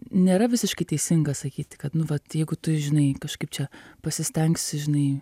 nėra visiškai teisinga sakyti kad nu vat jeigu tu žinai kažkaip čia pasistengsi žinai